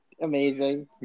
Amazing